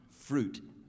Fruit